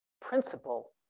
principle